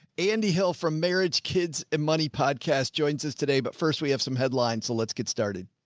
andy hill from marriage, kids and money podcast joins us today, but first we have some headlines, so let's get started.